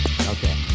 Okay